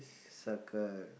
circle